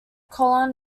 colon